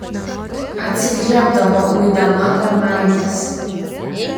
atsigriebdavo uidama tarnaites